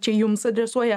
čia jums adresuoja